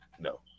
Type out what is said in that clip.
No